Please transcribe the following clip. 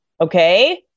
Okay